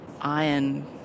iron